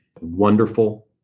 wonderful